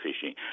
fishing